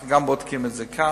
אנחנו גם בודקים את זה כאן.